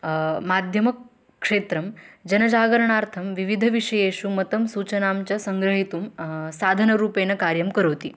माध्यमक्षेत्रं जनजागरणार्थं विविधविषयेषु मतं सूचनां च सङ्ग्रहीतुं साधनरूपेण कार्यं करोति